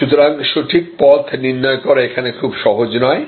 সুতরাং সঠিক পথ নির্ণয় করা এখানে খুব সহজ নয়